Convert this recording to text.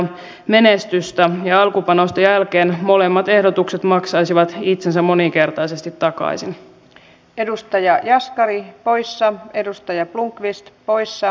ymmärrän että velkapopulismi on teille mukava tapa oikeuttaa näitä teidän kamalia päätöksiänne mutta se ei ole minun mielestäni kauhean järkevä tapa hoitaa asioita